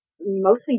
mostly